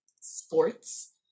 sports